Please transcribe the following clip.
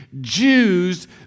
Jews